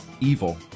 evil